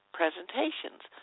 presentations